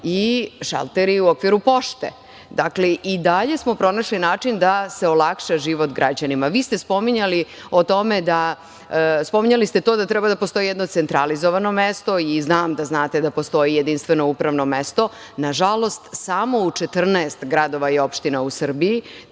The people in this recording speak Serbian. i šalteri u okviru pošte. Dakle, i dalje smo pronašli način da se olakša život građanima. Vi ste spominjali to da treba da postoji jedno centralizovano mesto i znam da znate da postoji jedinstveno upravno mesto, nažalost, samo u 14 gradova i opština u Srbiji.